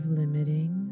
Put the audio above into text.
limiting